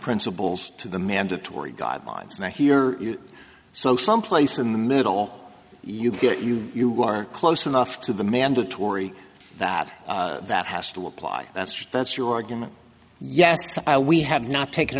principles to the mandatory guidelines and i hear so someplace in the middle you get you you aren't close enough to the mandatory that that has to apply that's just that's your argument yes we have not taken